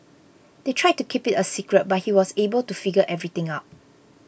they tried to keep it a secret but he was able to figure everything out